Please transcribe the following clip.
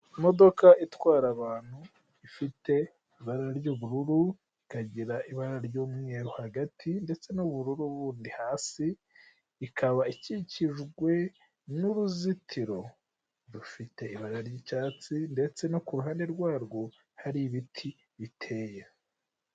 Imodoka itwara abantu ifite ibara ry'ubururu ikagira ibara ry'umweru hagati ndetse n'ubururu bundi hasi, ikaba ikikijwe n'uruzitiro rufite ibara ry'icyatsi ndetse no ku ruhande rwarwo hari ibiti biteye.